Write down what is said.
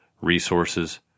resources